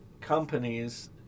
companies